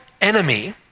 enemy